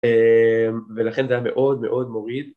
ולכן זה היה מאוד מאוד מוריד